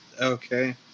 Okay